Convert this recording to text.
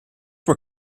were